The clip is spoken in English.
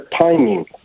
timing